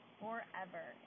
forever